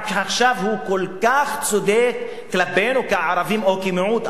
כל כך צודק כלפינו כערבים או כמיעוט,